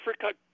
Africa